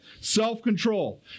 self-control